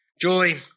Joy